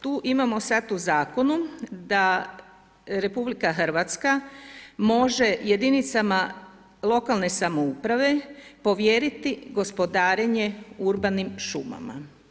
Tu imamo sad u zakonu da RH može jedinicama lokalne samouprave povjeriti gospodarenje urbanim šumama.